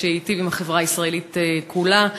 שהיטיב עם החברה הישראלית כולה.